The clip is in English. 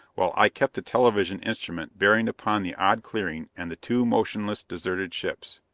while i kept the television instrument bearing upon the odd clearing and the two motionless, deserted ships.